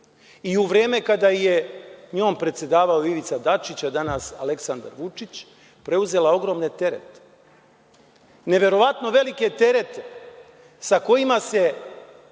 i u vreme kada je njom predsedavao Ivica Dačić, a danas Aleksandar Vučić, preuzela ogromne terete, neverovatno velike terete sa kojima se